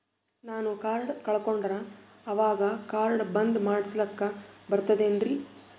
ನಾನು ಕಾರ್ಡ್ ಕಳಕೊಂಡರ ಅವಾಗ ಕಾರ್ಡ್ ಬಂದ್ ಮಾಡಸ್ಲಾಕ ಬರ್ತದೇನ್ರಿ?